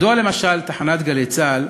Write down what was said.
מדוע, למשל, צריכה תחנת "גלי צה"ל"